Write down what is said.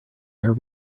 air